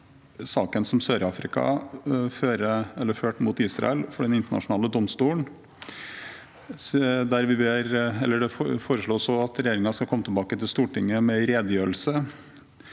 saken som Sør-Afrika førte mot Israel for Den internasjonale domstolen. Det foreslås også at regjeringen skal komme tilbake til Stortinget med en redegjørelse